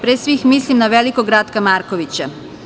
Pre svih, mislim na velikog Ratka Markovića.